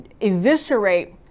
eviscerate